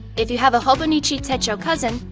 if you have a hobonichi techo cousin,